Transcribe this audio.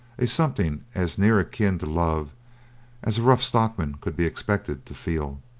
a something as near akin to love as a rough stockman could be expected to feel.